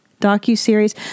DocuSeries